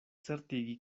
certigi